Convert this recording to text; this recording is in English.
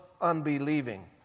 unbelieving